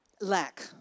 lack